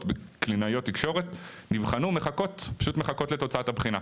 קלינאיות תקשורת שנבחנו ופשוט מחכות לתוצאת הבחינה.